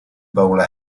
bowler